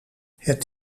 het